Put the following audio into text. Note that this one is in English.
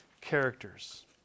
characters